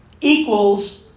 equals